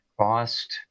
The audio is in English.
cost